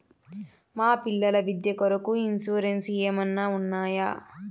మా పిల్లల విద్య కొరకు ఇన్సూరెన్సు ఏమన్నా ఉన్నాయా?